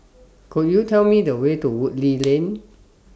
Could YOU Tell Me The Way to Woodleigh Lane